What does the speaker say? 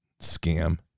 scam